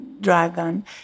dragon